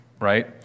right